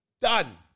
done